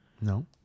No